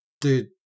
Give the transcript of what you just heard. Dude